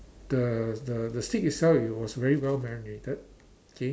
the the the steak itself it was very well marinated okay